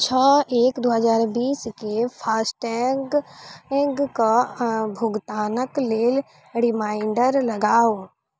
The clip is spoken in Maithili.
छओ एक दू हजार बीसकेँ फास्टैग कऽ भुगतानक लेल रिमाइण्डर लगाउ